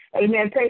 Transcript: Amen